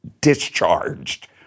discharged